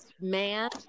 man